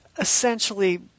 essentially